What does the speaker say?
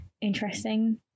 interesting